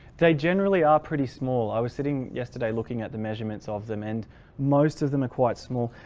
they generally are pretty small i was sitting yesterday looking at the measurements of them and most of them are quite small.